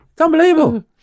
unbelievable